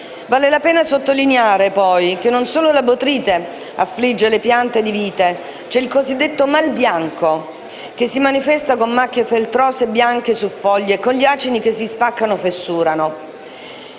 Vale la pena sottolineare, poi, che non solo la botrite affligge le piante di vite. C'è il cosiddetto mal bianco, che si manifesta con macchie feltrose bianche su foglie e con gli acini che si spaccano o fessurano.